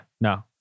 no